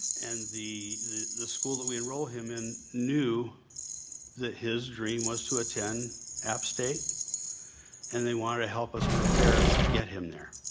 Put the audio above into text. and the the school that we enrolled him in knew that his dream was to attend app state and they wanted to help us prepare to get him there.